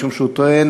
משום שהוא טוען: